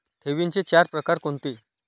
ठेवींचे चार प्रकार कोणते?